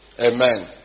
Amen